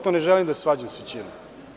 Ne želim da se svađam sa većinom.